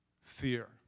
fear